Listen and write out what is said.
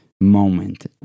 moment